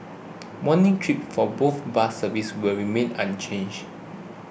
morning trips for both bus services will remain unchanged